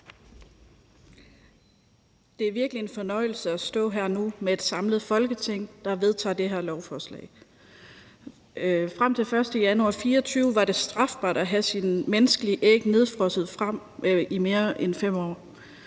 Det er virkelig en fornøjelse at stå her nu med et samlet Folketing, der vedtager det her lovforslag. Frem til den 1. januar 2024 er det strafbart at have sine menneskelige æg nedfrosset i mere end 5 år.